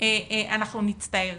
אנחנו נצטער.